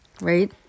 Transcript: right